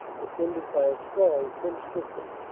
defended by a strong trench system.